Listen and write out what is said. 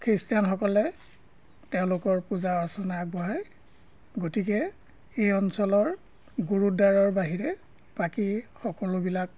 খ্ৰীষ্টানসকলে তেওঁলোকৰ পূজা অৰ্চনা আগবঢ়ায় গতিকে এই অঞ্চলৰ গুৰুদ্বাৰৰ বাহিৰে বাকী সকলোবিলাক